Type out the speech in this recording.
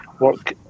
work